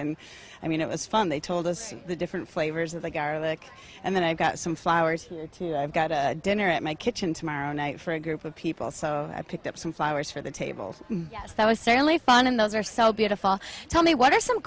and i mean it was fun they told us the different flavors of the garlic and then i got some flowers i've got a dinner at my kitchen tomorrow night for a group of people so i picked up some flowers for the table yes that was certainly fun and those are so beautiful tell me what are some